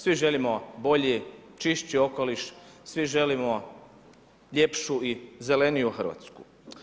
Svi želimo bolji, čišći okoliš, svi želimo ljepšu i zeleniju Hrvatsku.